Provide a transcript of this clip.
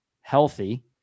healthy